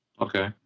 Okay